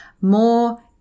more